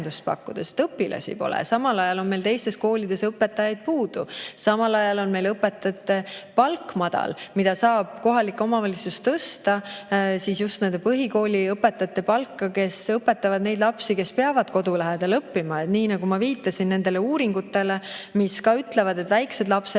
õpilasi pole. Samal ajal on meil teistes koolides õpetajaid puudu. Samal ajal on meil õpetajate palk madal. Kohalik omavalitsus saab tõsta just nende põhikooliõpetajate palka, kes õpetavad neid lapsi, kes peavad kodu lähedal õppima. Nii nagu ma viitasin, ka uuringud ütlevad, et väiksed lapsed